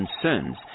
concerns